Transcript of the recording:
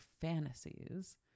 fantasies